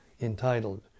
entitled